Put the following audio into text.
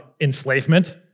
enslavement